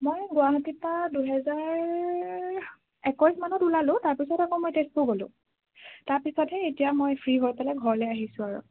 মই গুৱাহাটীৰ পৰা দুই হেজাৰ একৈশ মানত ওলালো তাৰ পিছত আকৌ মই তেজপুৰ গ'লো তাৰ পিছতহে এতিয়া মই ফ্ৰী হৈ পেলাই ঘৰলে আহিছোঁ আৰু